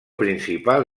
principal